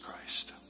Christ